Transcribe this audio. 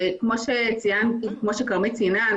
כפי שכרמית ציינה,